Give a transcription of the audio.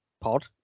pod